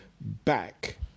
back